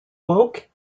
woke